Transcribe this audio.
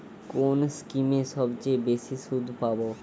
কোন স্কিমে সবচেয়ে বেশি সুদ পাব?